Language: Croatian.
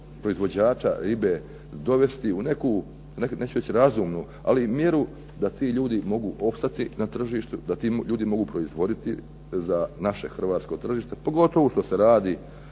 proizvođača ribe dovesti u neku, neću reći razumnu, ali mjeru da ti ljudi mogu opstati na tržištu, da ti ljudi mogu proizvoditi za naše hrvatsko tržište, pogotovo što se radi